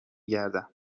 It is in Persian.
گردم